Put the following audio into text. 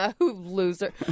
loser